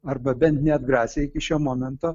arba bent neatgrasė iki šio momento